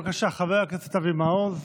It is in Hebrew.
בבקשה, חבר הכנסת אבי מעוז,